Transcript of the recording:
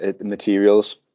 materials